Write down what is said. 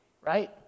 right